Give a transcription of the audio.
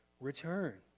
return